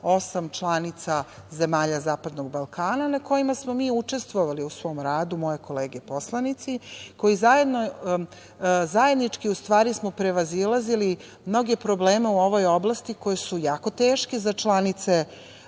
osam članica zemalja zapadnog Balkana, na kojima smo mi učestvovali u svom radu, moje kolege poslanici, i zajednički prevazilazili mnoge probleme u ovoj oblasti koji su jako teški za članice